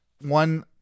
one